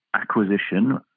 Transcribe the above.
acquisition